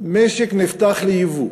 המשק נפתח ליבוא,